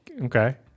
Okay